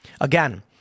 Again